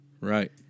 right